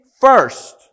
first